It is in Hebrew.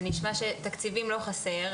זה נשמע שתקציבים לא חסר,